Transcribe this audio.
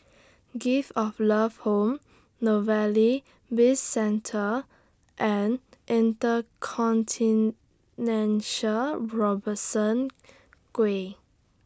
Gift of Love Home Novelty Bizcentre and InterContinental Robertson Quay